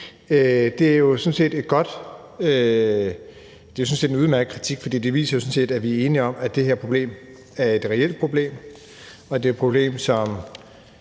Men lad nu det ligge. Det er sådan set udmærket med den kritik, fordi det viser, at vi er enige om, at det her problem er et reelt problem, og at det er et problem, som